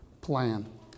plan